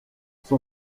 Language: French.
son